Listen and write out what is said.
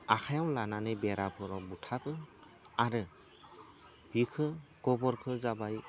आखाइआव लानानै बेराफोराव बुथाबो आरो बेखो गोबोरखो जाबाय